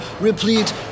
replete